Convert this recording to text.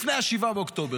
לפני 7 באוקטובר,